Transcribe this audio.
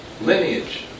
lineage